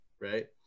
right